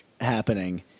happening